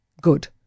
Good